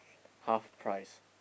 half price